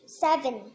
seven